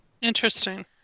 Interesting